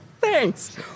Thanks